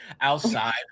outside